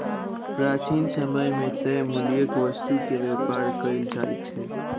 प्राचीन समय मे तय मूल्यक वस्तु के व्यापार कयल जाइत छल